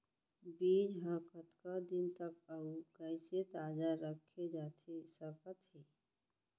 बीज ह कतका दिन तक अऊ कइसे ताजा रखे जाथे सकत हे?